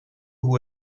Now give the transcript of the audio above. hoe